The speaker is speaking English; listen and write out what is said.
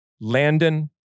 Landon